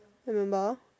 remember